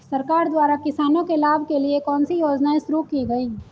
सरकार द्वारा किसानों के लाभ के लिए कौन सी योजनाएँ शुरू की गईं?